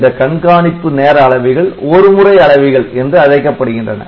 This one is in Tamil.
இந்த கண்காணிப்பு நேர அளவிகள் "ஒருமுறை அளவிகள்" என்று அழைக்கப்படுகின்றன